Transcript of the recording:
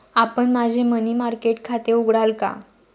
आपण माझे money market खाते उघडाल का?